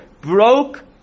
Broke